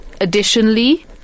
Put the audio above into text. additionally